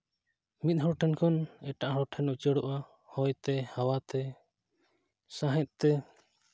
ᱢᱤᱫ ᱦᱚᱲ ᱴᱷᱮᱱ ᱠᱷᱚᱱ ᱮᱴᱟᱜ ᱦᱚᱲ ᱴᱷᱮᱱ ᱩᱪᱟᱹᱲᱜᱼᱟ ᱦᱚᱭᱛᱮ ᱦᱟᱣᱟᱛᱮ ᱥᱟᱦᱮᱸᱫ ᱛᱮ